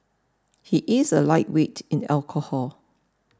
he is a lightweight in alcohol